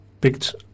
picked